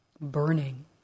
burning